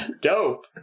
Dope